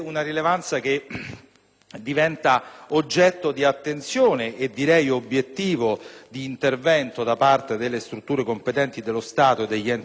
diventa oggetto di attenzione ed obiettivo di intervento da parte delle strutture competenti dello Stato e degli enti locali e territoriali